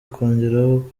akongeraho